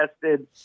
tested